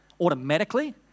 automatically